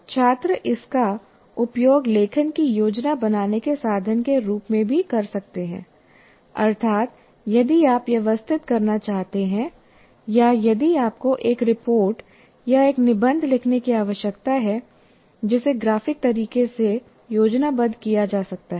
छात्र इसका उपयोग लेखन की योजना बनाने के साधन के रूप में भी कर सकते हैं अर्थात यदि आप व्यवस्थित करना चाहते हैं या यदि आपको एक रिपोर्ट या एक निबंध लिखने की आवश्यकता है जिसे ग्राफिक तरीके से योजनाबद्ध किया जा सकता है